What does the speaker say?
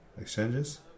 exchanges